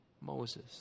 Moses